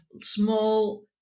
small